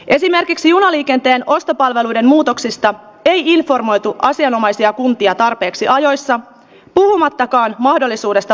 esimerkiksi junaliikenteen ostopalveluiden muutoksista jipon maito asianomaisia kuntia tarpeeksi ajoissa huomatakaan mahdollisuudesta